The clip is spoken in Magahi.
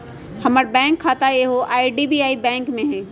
हमर बैंक खता सेहो आई.डी.बी.आई बैंक में हइ